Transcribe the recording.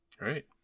Right